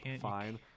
fine